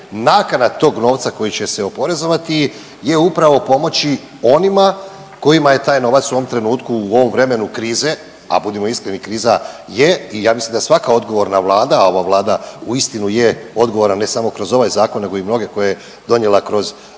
nakana tog novca koji će se oporezovati je upravo pomoći onima kojima je taj novac u ovom trenutku, u ovom vremenu krize, a budimo iskreni kriza je i ja mislim da svaka odgovorna Vlada, a ova Vlada uistinu je odgovorna ne samo kroz ovaj zakon, nego i mnoge koje je donijela kroz